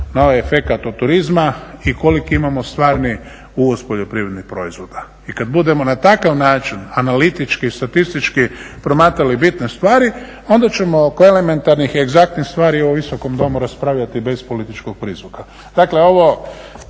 na ovaj efekat od turizma i koliki imamo stvarni uvoz poljoprivrednih proizvoda. I kad budemo na takav način analitički i statistički promatrali bitne stvari onda ćemo oko elementarnih i egzaktnih stvari u ovom Visokom domu raspravljati bez političkog prizvuka. Dakle, ovo